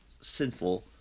sinful